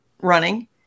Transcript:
running